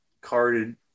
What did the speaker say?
carded